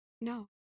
No